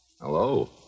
Hello